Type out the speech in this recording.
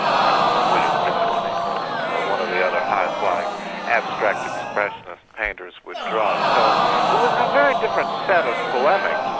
i don't know, william de koenig or or one of the other high-flying abstract expressionist painters would draw. so it was a very different set of polemics.